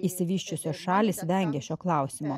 išsivysčiusios šalys vengė šio klausimo